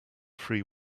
free